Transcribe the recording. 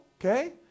Okay